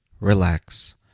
relax